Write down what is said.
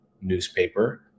newspaper